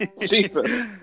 Jesus